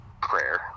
prayer